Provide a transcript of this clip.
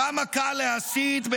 כמה קל להסית.